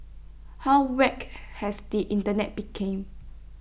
how whacked has the Internet became